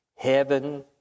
Heaven